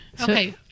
okay